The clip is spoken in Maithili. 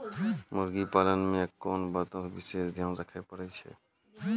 मुर्गी पालन मे कोंन बातो के विशेष ध्यान रखे पड़ै छै?